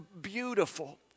beautiful